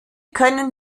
können